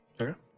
Okay